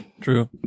true